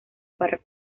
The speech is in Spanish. para